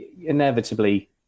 inevitably